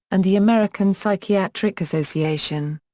and the american psychiatric association.